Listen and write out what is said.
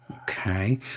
Okay